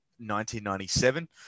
1997